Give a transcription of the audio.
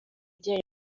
bijyanye